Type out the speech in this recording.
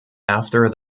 after